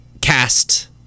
cast